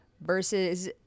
versus